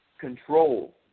control